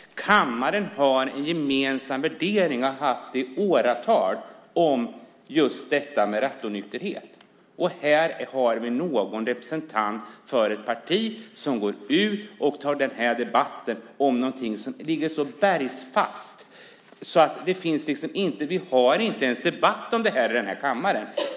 Kammaren har en gemensam värdering - så har det varit i åratal - om just detta med rattonykterhet. Men här har vi en representant för ett parti som går ut och tar debatt om någonting som ligger så bergfast att vi inte ens har en debatt om det i denna kammare.